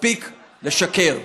מספיק לשקר.